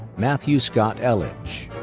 matthew scott eledge.